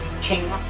King